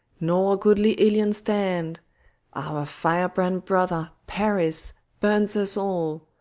nor goodly ilion stand our firebrand brother, paris, burns us all.